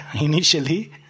initially